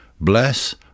Bless